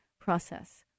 process